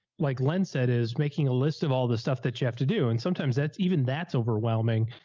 like len said, is making a list of all the stuff that you have to do, and sometimes that's even, that's overwhelming.